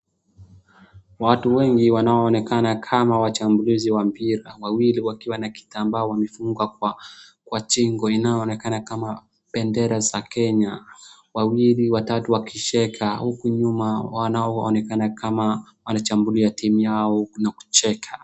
Watu wenghi wanaonekana kama wachambulizi wa mpira. Wawili wakiwa na kitambaa wamefunga kwa shingo inaonekana kama bendera za Kenya. Wawili watatu wakicheka huku nyuma wanaonekana kama wanachambulia timu yao na kucheka